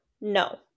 no